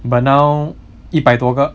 but now 一百多个